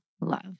love